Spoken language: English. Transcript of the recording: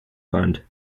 fund